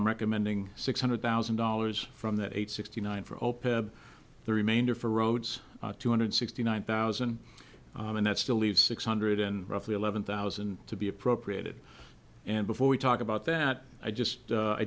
i'm recommending six hundred thousand dollars from the eight sixty nine for open the remainder for roads two hundred sixty nine thousand and that still leaves six hundred and roughly eleven thousand to be appropriated and before we talk about that i just